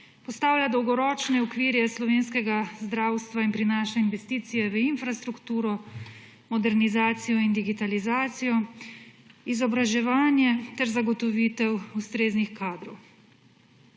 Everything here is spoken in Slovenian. postavlja dolgoročne okvirje slovenskega zdravstva in prinaša investicije v infrastrukturo, modernizacijo in digitalizacijo, izobraževanje ter zagotovitev ustreznih kadrov.